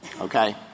okay